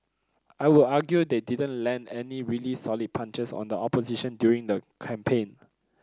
I would argue they didn't land any really solid punches on the opposition during the campaign